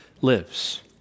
lives